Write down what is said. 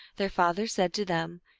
their father said to them,